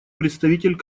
представитель